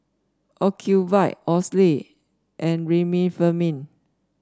Ocuvite Oxy and Remifemin